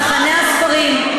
צרכני הספרים,